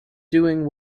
doing